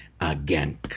again